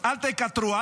אל תקטרו,